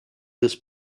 this